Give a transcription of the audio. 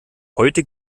heute